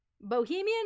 Bohemian